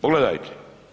Pogledajte.